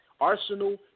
Arsenal